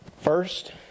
First